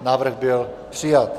Návrh byl přijat.